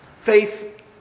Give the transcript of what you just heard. faith